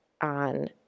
on